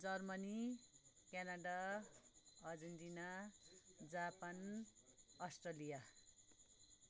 Germany Canada Argentina Japan Australia